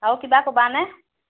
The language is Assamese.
আৰু কিবা ক'বা নে